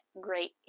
great